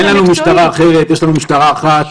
אין לנו משטרה אחרת, יש לנו משטרה אחת.